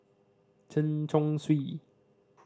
Chen Chong Swee